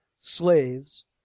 slaves